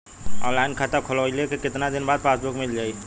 Online खाता खोलवईले के कितना दिन बाद पासबुक मील जाई?